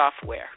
Software